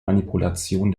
manipulation